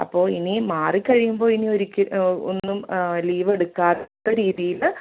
അപ്പോൾ ഇനി മാറി കഴിയുമ്പോൾ ഇനി ഒരിക്കലും ഒന്നും ലീവെട്ക്കാത്ത രീതീൽ